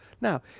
Now